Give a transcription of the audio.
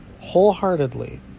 wholeheartedly